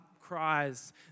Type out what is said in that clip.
cries